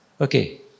Okay